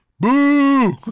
Boo